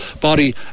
body